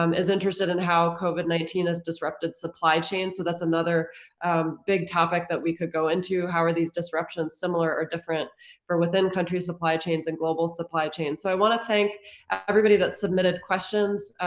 um is interested in how covid nineteen has disrupted supply chain. so that's another big topic that we could go into. how are these disruptions similar or different for within countries supply chains and global supply chain? so i wanna thank everybody that submitted questions.